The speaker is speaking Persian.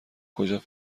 کجا